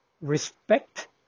respect